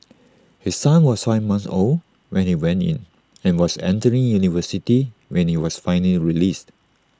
his son was five months old when he went in and was entering university when he was finally released